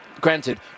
granted